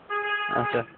اچھا